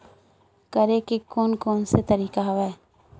करे के कोन कोन से तरीका हवय?